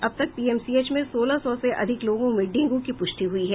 अब तक पीएमसीएच में सोलह सौ से अधिक लोगों में डेंगू की पुष्टि हुई है